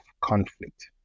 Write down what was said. conflict